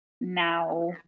now